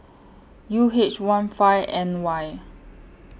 U H one five N Y